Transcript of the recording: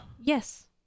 Yes